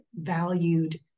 valued